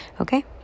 Okay